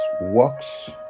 works